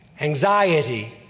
anxiety